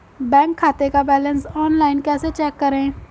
Bank खाते का balance online कैसे चेक करें?